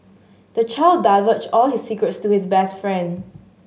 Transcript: the child divulged all his secrets to his best friend